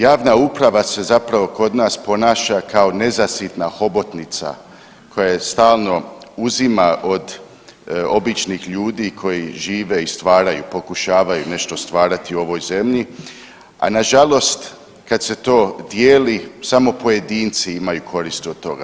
Javna uprava se zapravo kod nas ponaša kao nezasitna hobotnica koja stalno uzima od običnih ljudi koji žive i stvaraju, pokušavaju nešto stvarati u ovoj zemlji, a nažalost kad se to dijeli samo pojedinci imaju korist od toga.